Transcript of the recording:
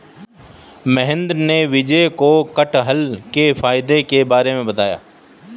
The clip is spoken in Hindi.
महेंद्र ने विजय को कठहल के फायदे के बारे में बताया